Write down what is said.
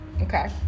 Okay